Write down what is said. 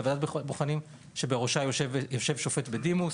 שבראשה ישב השופט בדימוס.